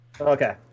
okay